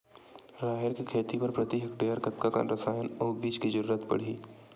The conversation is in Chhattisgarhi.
राहेर के खेती बर प्रति हेक्टेयर कतका कन रसायन अउ बीज के जरूरत पड़ही?